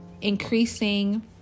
increasing